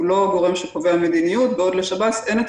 הוא לא גורם שקובע מדיניות בעוד שלשב"ס אין את